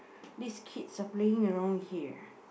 these kids are playing around here